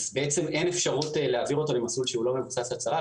אז אין אפשרות להעביר אותו למסלול שהוא לא מבוסס הצהרה?